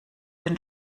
den